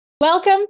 Welcome